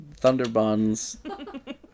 Thunderbuns